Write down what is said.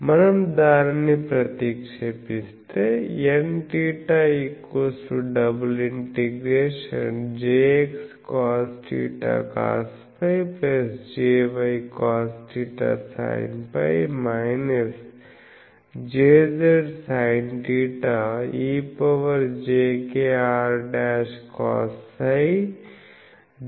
మనం దానిని ప్రతిక్షేపిస్తే Nθ ∬Jx cosθ cosφ Jy cosθ sinφ Jz sinθ ejkr'cosψ ds